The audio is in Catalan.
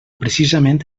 precisament